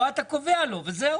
פה אתה קובע לו וזהו.